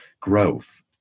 growth